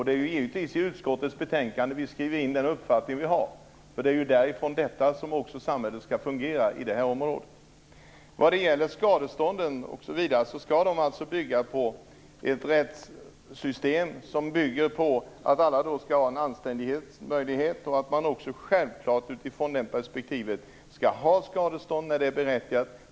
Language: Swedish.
Det är givetvis i utskottets betänkande vi skriver in den uppfattning vi har. Det är ju utifrån betänkandet som samhället skall fås att fungera på detta område. Skadeståndssystemet skall bygga på ett rättssystem där alla har en anständig möjlighet. Man skall också självfallet utifrån det perspektivet få skadestånd när det är berättigat.